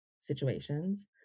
situations